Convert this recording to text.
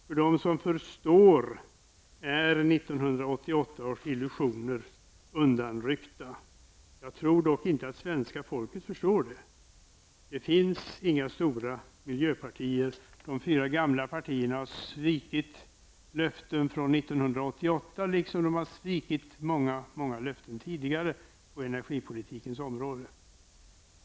För dem som förstår är 1988 års illusioner undanryckta. Jag tror dock inte att svenska folket förstår det. Det finns inga stora miljöpartier. De fyra gamla partierna har svikit sina löften från 1988 liksom de svikit många löften tidigare på energipolitikens område.